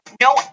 no